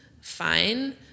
fine